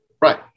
Right